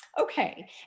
Okay